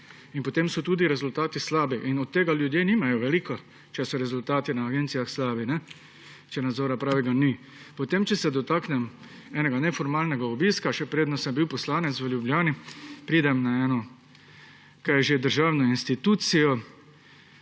In potem so tudi rezultati slabi. Od tega ljudje nimajo veliko, če so rezultati na agencijah slabi, če ni pravega nadzora. Če se dotaknem še enega neformalnega obiska, še preden sem bil poslanec v Ljubljani. Pridem na eno državno institucijo,